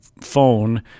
phone